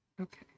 Okay